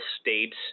states